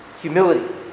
humility